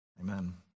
Amen